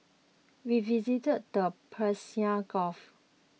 we visited the Persian Gulf